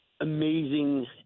amazing